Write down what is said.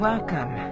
Welcome